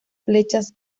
flechas